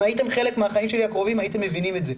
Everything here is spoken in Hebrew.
אם הייתם חלק מהחיים הקרובים שלי הייתם מבינים את זה,